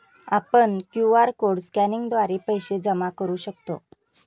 आपण QR code स्कॅनिंगद्वारे पैसे जमा करू शकतो